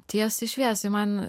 tiesiai šviesiai man